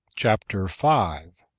chapter five.